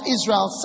Israel